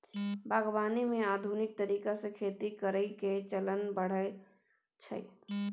बागवानी मे आधुनिक तरीका से खेती करइ के चलन बढ़ल छइ